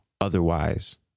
otherwise